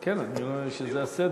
כן, אני רואה שזה הסדר.